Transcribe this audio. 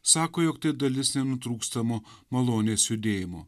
sako jog tai dalis nenutrūkstamo malonės judėjimo